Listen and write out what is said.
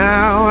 Now